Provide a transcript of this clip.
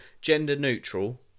gender-neutral